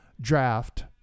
draft